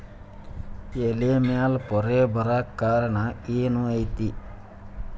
ಎಲೆ ಮ್ಯಾಲ್ ಪೊರೆ ಬರಾಕ್ ಕಾರಣ ಏನು ಐತಿ?